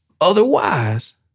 Otherwise